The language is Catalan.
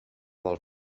del